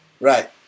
Right